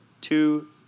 Two